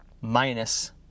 minus